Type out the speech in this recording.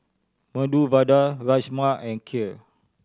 Medu Vada Rajma and Kheer